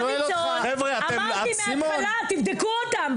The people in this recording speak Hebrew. אמרתי מהתחלה, תבדקו אותם.